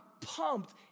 pumped